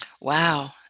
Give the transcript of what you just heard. Wow